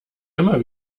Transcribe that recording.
immer